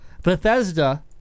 Bethesda